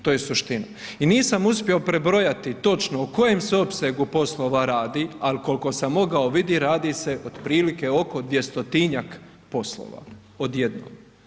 To je suština i nisam uspio prebrojati točno o kojem se opsegu poslova radi, ali koliko sam mogao vidjeti, radi se otprilike oko dvjestotinjak poslova odjednom.